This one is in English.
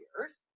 years